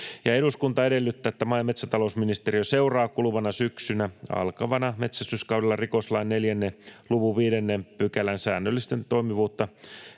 ”Eduskunta edellyttää, että maa- ja metsätalousministeriö seuraa kuluvana syksynä alkavalla metsästyskaudella rikoslain 4 luvun 5 §:n säännösten toimivuutta